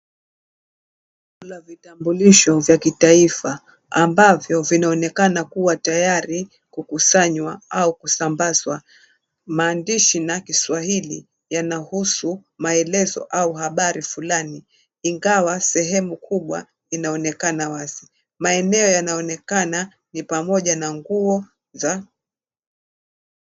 Kuna vitambulisho vya kitaifa ambavyo vinaonekana kuwa tayari kukusanywa au kusambazwa. Maandishi na kiswahili yanahusu maelezo au habari fulani ingawa sehemu kubwa inaonekana wazi. Maeneo yanaonekana ni pamoja na nguo za..